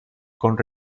con